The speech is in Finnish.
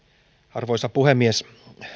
arvoisa puhemies